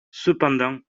cependant